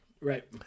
Right